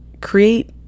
create